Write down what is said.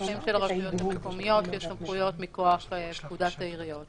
לפקחים של הרשויות המקומיות יש סמכויות מכוח פקודת העיריות,